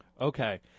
Okay